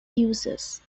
uses